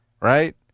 Right